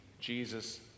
Jesus